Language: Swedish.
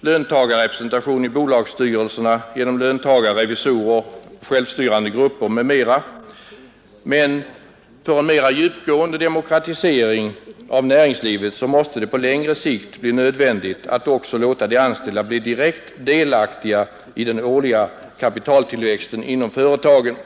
löntagarrepresentation i bolagsstyrelserna, genom löntagarrevisorer, självstyrande grupper m.m. För en mera djupgående demokratisering av näringslivet måste det på längre sikt bli nödvändigt att också låta de anställda bli direkt delaktiga i den årliga kapitaltillväxten inom företagen.